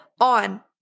on